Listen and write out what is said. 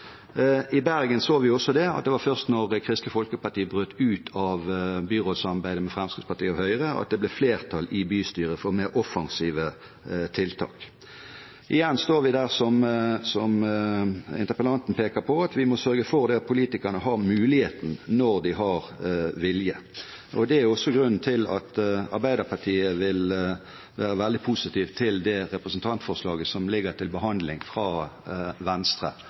I Bergen så vi også at det var først da Kristelig Folkeparti brøt ut av byrådssamarbeidet med Fremskrittspartiet og Høyre, at det ble flertall i bystyret for mer offensive tiltak. Igjen står vi der, som interpellanten peker på, at vi må sørge for at politikerne har muligheten når de har vilje. Det er også grunnen til at vi i Arbeiderpartiet vil være veldig positive til det representantforslaget fra Venstre som ligger til behandling,